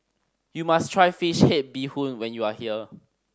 you must try fish head bee hoon when you are here